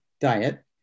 diet